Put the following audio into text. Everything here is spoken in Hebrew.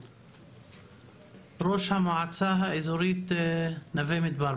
ראש המועצה האזורית נווה מדבר,